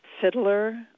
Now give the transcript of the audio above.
fiddler